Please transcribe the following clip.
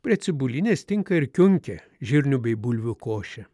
prie cibulinės tinka ir kiunkė žirnių bei bulvių košė